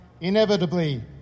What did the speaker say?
inevitably